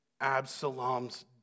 Absalom's